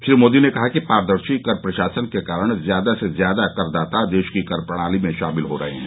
श्री मोदी ने कहा कि पारदर्शी कर प्रशासन के कारण ज्यादा से ज्यादा करदाता देश की कर प्रणाली में शामिल हो रहे हैं